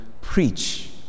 preach